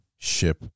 ship